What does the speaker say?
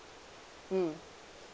mm